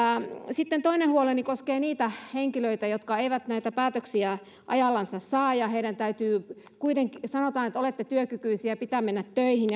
sitten toinen huoleni koskee niitä henkilöitä jotka eivät näitä päätöksiä ajallansa saa ja joille kuitenkin sanotaan että olette työkykyisiä ja pitää mennä töihin